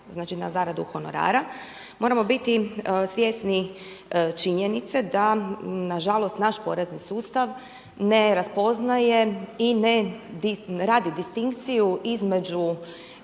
znači na zaradu honorara. Moramo biti svjesni činjenice da nažalost naš porezni sustav ne raspoznaje i ne radi distinkciju između